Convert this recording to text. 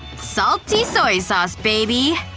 salty soy sauce, baby.